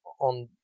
on